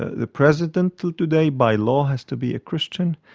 the president today by law has to be a christian.